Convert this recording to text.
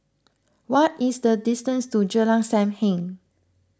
what is the distance to Jalan Sam Heng